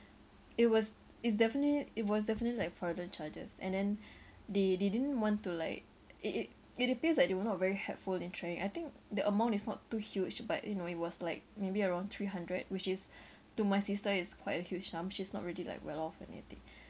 it was it's definitely it was definitely like fraudulent charges and then they they didn't want to like it it it appears that they were not very helpful in trying I think the amount is not too huge but you know it was like maybe around three hundred which is to my sister it's quite a huge sum she's not really like well-off or anything